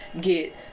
get